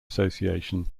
association